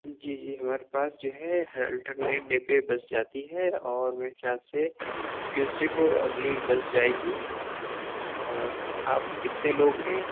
جی جی ہمارے پاس جو ہے ہر الٹرنیٹ ڈے پہ بس جاتی ہے اور میرے خیال سے ٹیوسڈے کو اگلی بس جائے گی اور آپ کتنے لوگ ہیں